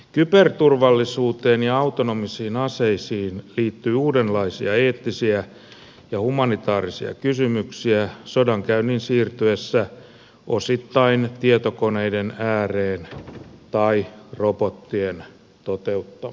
kyberturvallisuuteen ja autonomisiin aseisiin liittyy uudenlaisia eettisiä ja humanitaarisia kysymyksiä sodankäynnin siirtyessä osittain tietokoneiden ääreen tai robottien toteuttamaksi